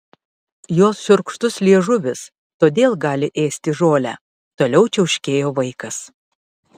jos šiurkštus liežuvis todėl gali ėsti žolę toliau čiauškėjo vaikas